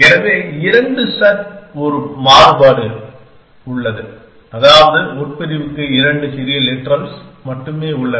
எனவே இரண்டு சட் என்று ஒரு மாறுபாடு உள்ளது அதாவது உட்பிரிவுக்கு இரண்டு சிறிய லிட்ரல்ஸ் மட்டுமே உள்ளனர்